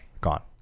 gone